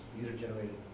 user-generated